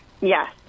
Yes